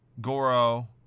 Goro